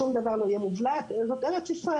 שום דבר לא יהיה מובלעת כי זאת ארץ ישראל,